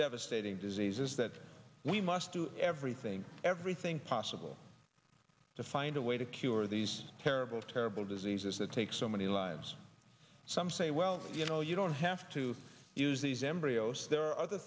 devastating diseases that we must do everything everything possible to find a way to cure these terrible terrible diseases that take so many lives some say well you know you don't have to use these embryos there are other